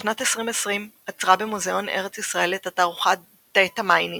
בשנת 2020 אצרה במוזיאון ארץ ישראל את התערוכה "Data Mining"